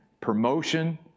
Promotion